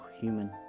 human